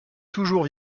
toujours